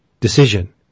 decision